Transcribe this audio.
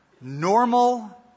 normal